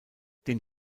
den